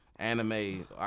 anime